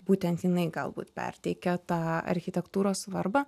būtent jinai galbūt perteikia tą architektūros svarbą